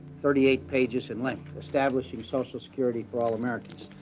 thirty eight pages in length, establishing social security for all americans.